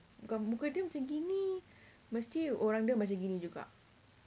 muka dia macam gini mesti orang dia macam gini juga